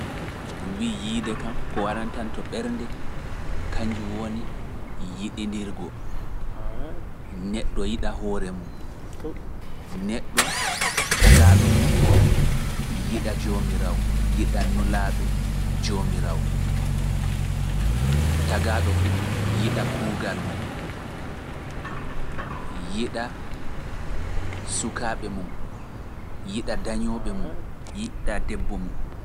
To ɗum wii yiide kam ko warantanto ɓernde, kanjum woni yiɗindirgo. Neɗɗo yiɗa hoore mum. Neɗɗo tagaaɗo fu yiɗa joomiraawo, yiɗa nulaa yiɗa sukaaɓe mum yiɗa dañooɓe mum yiɗa debbo mum